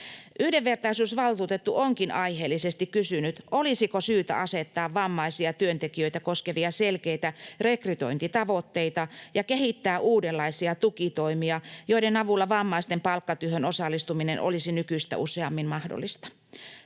Yhdenvertaisuusvaltuutettu onkin aiheellisesti kysynyt, olisiko syytä asettaa vammaisia työntekijöitä koskevia selkeitä rekrytointitavoitteita ja kehittää uudenlaisia tukitoimia, joiden avulla vammaisten palkkatyöhön osallistuminen olisi nykyistä useammin mahdollista.